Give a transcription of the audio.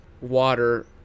water